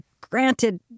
granted